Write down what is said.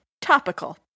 Topical